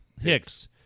Hicks